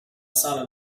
sala